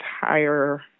higher